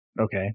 Okay